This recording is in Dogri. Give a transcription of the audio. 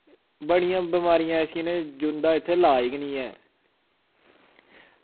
बड़ियां बमारियां ऐसी न जुंदा इत्थै लाज गै निं ऐ